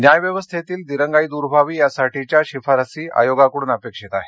न्यायव्यवस्थेतील दिरंगाई दूर व्हावी यासाठीच्या शिफारसी आयोगाकडून अपेक्षित आहेत